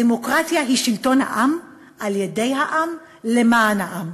דמוקרטיה היא שלטון העם על-ידי העם ולמען העם.